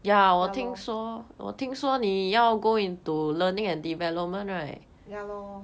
ya lor ya lor